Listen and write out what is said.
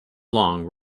long